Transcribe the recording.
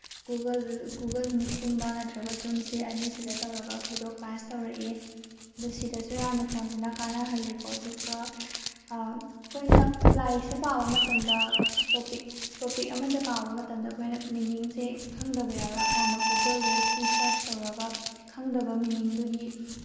Google Google ꯃꯤꯠꯀꯨꯝꯕ ꯅꯠꯇ꯭ꯔꯒ ꯖꯨꯝꯁꯦ ꯑꯅꯤꯁꯤꯗ ꯇꯧꯔꯒ ꯑꯩꯈꯣꯏꯗꯣ ꯀ꯭ꯂꯥꯁ ꯇꯧꯔꯛꯏ ꯑꯗꯨ ꯁꯤꯗꯁꯨ ꯌꯥꯝꯅ ꯐꯣꯟꯁꯤꯅ ꯀꯥꯅꯍꯜꯂꯤꯀꯣ ꯑꯗꯨꯒ ꯑꯩꯈꯣꯏꯅ ꯂꯥꯏꯔꯤꯛꯁꯦ ꯄꯥꯕ ꯃꯇꯝꯗ ꯇꯣꯄꯤꯛ ꯇꯣꯄꯤꯛ ꯑꯃꯁꯦ ꯄꯥꯕ ꯃꯇꯝꯗ ꯑꯩꯈꯣꯏꯅ ꯃꯤꯅꯤꯡꯁꯦ ꯈꯪꯗꯕ ꯌꯥꯎꯔꯛꯑꯀꯥꯟꯗ ꯒꯨꯒꯜꯗ ꯁꯤ ꯁꯔꯁ ꯇꯧꯔꯒ ꯈꯪꯗꯕ ꯃꯤꯅꯤꯡꯗꯨꯒꯤ